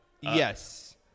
yes